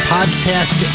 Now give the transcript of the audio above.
Podcast